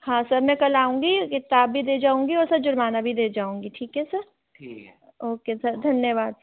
हाँ सर मैं कल आऊंगी किताब भी दे जाऊंगी और सर जुर्माना भी दे जाऊंगी ठीक हैं सर ओके सर धन्यवाद सर